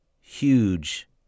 huge